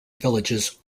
villages